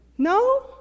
No